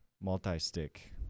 multi-stick